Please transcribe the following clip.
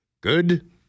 good